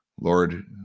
Lord